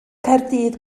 caerdydd